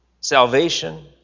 salvation